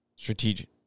Strategic